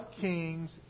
kings